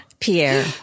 Pierre